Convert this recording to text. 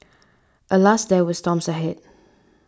alas there were storms ahead